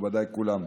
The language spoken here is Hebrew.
מכובדיי כולם,